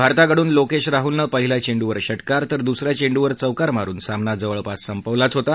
भारताकडून लोकेश राहुलनं पहिल्या चेंडूवर षटकार तर दुस या चेंडूवर चौकार मारुन सामना जवळपास संपवलाच होता